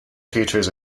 features